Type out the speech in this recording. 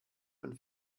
und